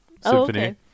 Symphony